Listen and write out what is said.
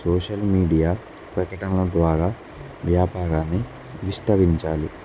social media ప్రకటనల ద్వారా వ్యాపారాన్ని విస్తరించాలి